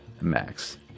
max